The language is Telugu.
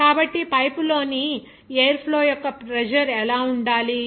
కాబట్టి పైపు లోని ఎయిర్ ఫ్లో యొక్క ప్రెజర్ ఎలా ఉండాలి